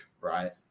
right